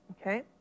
okay